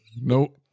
no